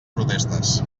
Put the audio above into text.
protestes